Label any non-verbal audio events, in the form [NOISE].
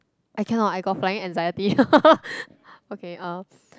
I cannot I got flying anxiety [LAUGHS] okay uh